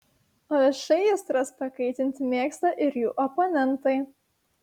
o viešai aistras pakaitinti mėgsta ir jų oponentai